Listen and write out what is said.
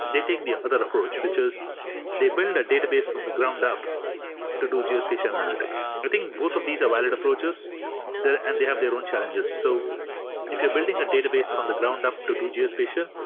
they take the other approach, which is they build a database from the ground up to do geospatial analytics. i think both of these are valid approaches and they have their own challenges. so if you're building a database from the ground up to do geospatial,